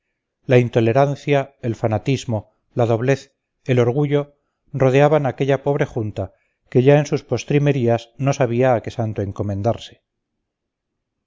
la intolerancia el fanatismo la doblez el orgullo rodeaban a aquella pobre junta que ya en sus postrimerías no sabía a qué santo encomendarse